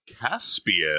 Caspian